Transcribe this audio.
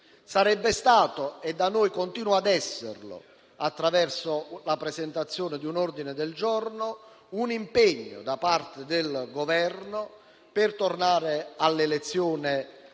Sarebbe stato - e da noi continua a esserlo attraverso la presentazione di un ordine del giorno - un impegno da parte del Governo per tornare all'elezione diretta,